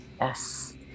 Yes